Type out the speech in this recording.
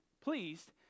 pleased